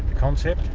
concept.